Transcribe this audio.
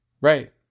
Right